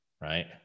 right